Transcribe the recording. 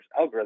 algorithms